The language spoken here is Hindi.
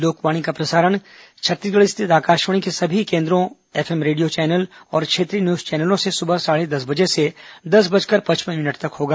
लोकवाणी का प्रसारण छत्तीसगढ़ स्थित आकाशवाणी के सभी केन्द्रों एफएम और क्षेत्रीय न्यूज चैनलों से सुबह साढ़े दस बजे से दस बजकर पचपन मिनट तक होगा